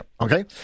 Okay